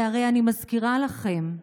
והרי אני מזכירה לכם,